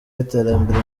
y’iterambere